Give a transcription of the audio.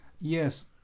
Yes